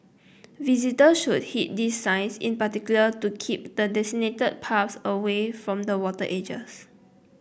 visitors should heed these signs in particular to keep the designated paths away from the water edges